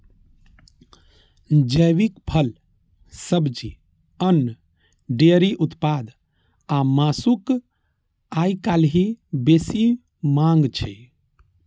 जैविक फल, सब्जी, अन्न, डेयरी उत्पाद आ मासुक आइकाल्हि बेसी मांग छै